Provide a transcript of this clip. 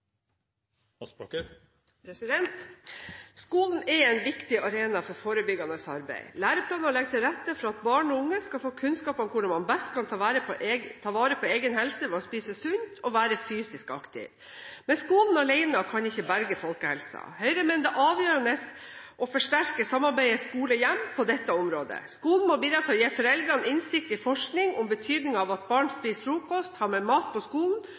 Norge. Skolen er en viktig arena for forebyggende arbeid. Læreplanene legger til rette for at barn og unge skal få kunnskap om hvordan man best kan ta vare på egen helse ved å spise sunt og være fysisk aktiv. Men skolen alene kan ikke berge folkehelsen. Høyre mener at det er avgjørende å forsterke samarbeidet mellom skole og hjem på dette området. Skolen må bidra til å gi foreldrene innsikt i forskning om betydningen av at barn spiser frokost, har med mat på skolen